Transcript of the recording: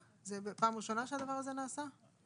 זה פעם ראשונה שהדבר הזה נעשה?